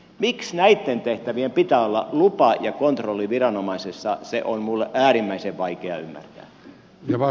miksi näitten tehtävien pitää olla lupa ja kontrolliviranomaisessa se on minun äärimmäisen vaikea ymmärtää